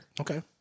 okay